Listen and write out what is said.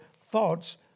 Thoughts